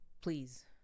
please